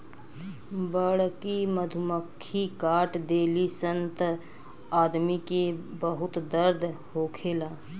बड़की मधुमक्खी काट देली सन त आदमी के बहुत दर्द होखेला